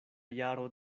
jaro